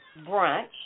brunch